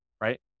right